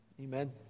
amen